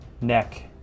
neck